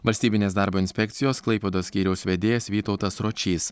valstybinės darbo inspekcijos klaipėdos skyriaus vedėjas vytautas ročys